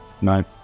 No